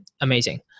Amazing